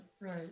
right